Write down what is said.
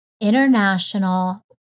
international